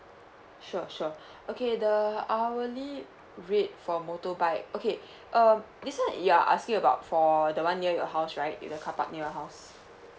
sure sure okay the hourly rate for motorbike okay um this one you are asking about for the one near your house right in the carpark your house